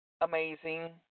amazing